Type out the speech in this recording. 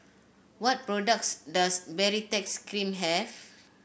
what products does Baritex Cream have